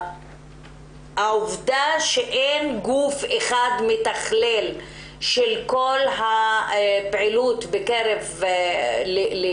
שהעובדה שאין גוף אחד שמתכלל את כל הפעילות לקידום